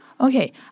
Okay